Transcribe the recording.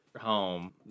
home